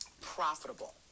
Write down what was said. profitable